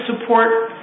support